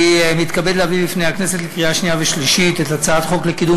אני מתכבד להביא בפני הכנסת לקריאה שנייה ושלישית את הצעת חוק לקידום